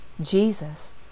Jesus